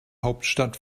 hauptstadt